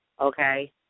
okay